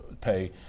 pay